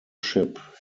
ship